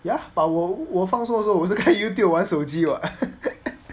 ya but 我我放松的时候我是看 youtube 玩手机 [what]